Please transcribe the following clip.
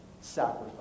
sacrifice